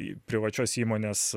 į privačios įmonės